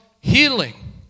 healing